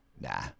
nah